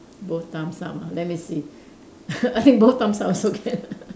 both thumbs up ah let me see I think both thumbs up also can